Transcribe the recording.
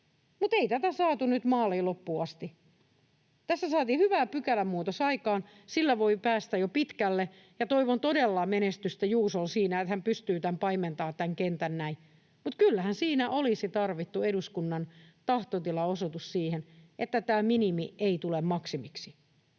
mutta ei tätä saatu nyt maaliin, loppuun, asti. Tässä saatiin hyvä pykälämuutos aikaan. Sillä voi päästä jo pitkälle, ja toivon todella menestystä Juusolle siinä, että hän pystyy tämän kentän paimentamaan näin. Mutta kyllähän siinä olisi tarvittu eduskunnan tahtotilan osoitus siihen, että tämä minimi ei tule maksimiksi.